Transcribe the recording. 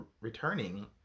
returning